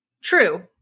True